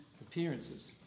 Appearances